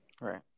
Right